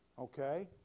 okay